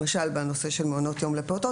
למשל: בנושא של מעונות יום לפעוטות,